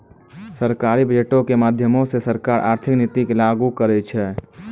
सरकारी बजटो के माध्यमो से सरकार आर्थिक नीति के लागू करै छै